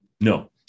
no